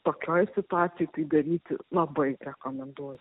tokioj situacijoj tai daryti labai rekomenduoju